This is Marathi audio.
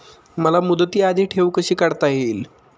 मला मुदती आधी ठेव कशी काढता येईल?